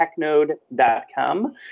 technode.com